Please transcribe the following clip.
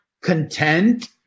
content